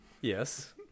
Yes